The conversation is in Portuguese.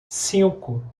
cinco